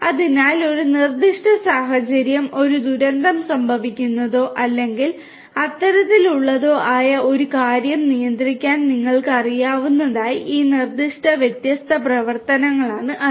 അതിനാൽ ഒരു നിർദ്ദിഷ്ട സാഹചര്യം ഒരു ദുരന്തം സംഭവിക്കുന്നതോ അല്ലെങ്കിൽ അത്തരത്തിലുള്ളതോ ആയ ഒരു കാര്യം നിയന്ത്രിക്കാൻ നിങ്ങൾക്കറിയാവുന്നതിനായി ഈ നിർദ്ദിഷ്ട വ്യത്യസ്ത പ്രവർത്തനങ്ങളാണ് അത്